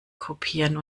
kopieren